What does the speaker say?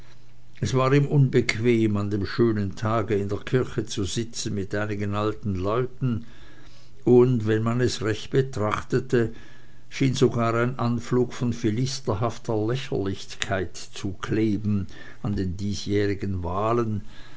es war ihm unbequem an dem schönen tage in der kirche zu sitzen mit einigen alten leuten und wenn man es recht betrachtete schien sogar ein anflug von philisterhafter lächerlichkeit zu kleben an den diesjährigen wahlen